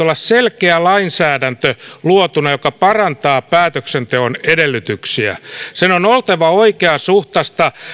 olla luotuna selkeä lainsäädäntö joka parantaa päätöksenteon edellytyksiä sen on oltava oikeasuhtaista